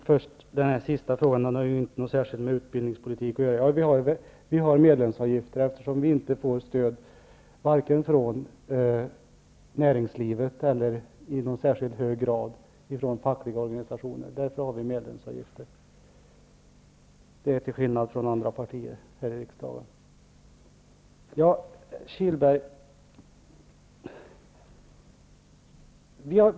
Herr talman! Först den sista frågan som inte har så särskilt mycket med utbildningspolitiken att göra. Vi har medlemsavgift, eftersom vi inte får stöd vare sig från näringslivet eller i någon särskilt hög grad från fackliga organisationer. Därför har vi medlemsavgift, till skillnad från andra partier i riksdagen.